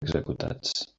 executats